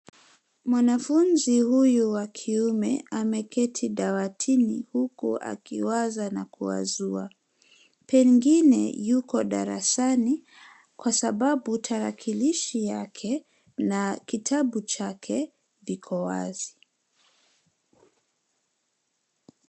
Mwanafunzi huyu wa kiume ameketi dawatini huku akiwaza na kuwazua , pengine yuko darasani kwa sababu tarakilishi yake na kitabu chake, kiko wazi.